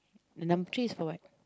the number three is for what